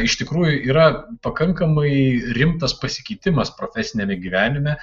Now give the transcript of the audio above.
iš tikrųjų yra pakankamai rimtas pasikeitimas profesiniame gyvenime